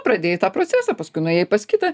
pradėjai tą procesą paskui nuėjai pas kitą